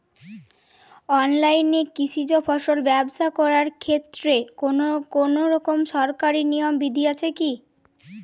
অনলাইনে কৃষিজ ফসল ব্যবসা করার ক্ষেত্রে কোনরকম সরকারি নিয়ম বিধি আছে কি?